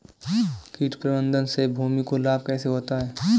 कीट प्रबंधन से भूमि को लाभ कैसे होता है?